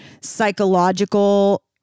psychological